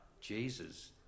Jesus